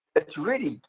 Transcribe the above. it's really,